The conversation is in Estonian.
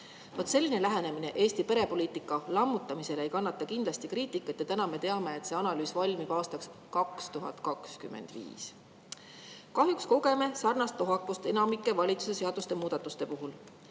Selline lähenemine Eesti perepoliitika lammutamisele ei kannata kindlasti kriitikat. Nüüd me teame, et see analüüs valmib aastaks 2025.Kahjuks kogeme sarnast lohakust enamiku valitsuse [algatatud] seadusemuudatuste puhul.